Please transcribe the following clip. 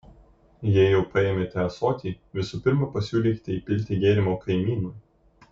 jei jau paėmėte ąsotį visų pirma pasiūlykite įpilti gėrimo kaimynui